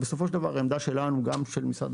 בסופו של דבר, העמדה שלנו - גם של משרד